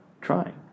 trying